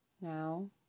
Now